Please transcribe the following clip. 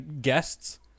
guests